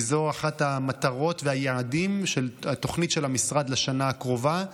כי זה אחד מהמטרות והיעדים של התוכנית של המשרד לשנה הקרובה.